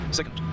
second